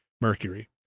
Mercury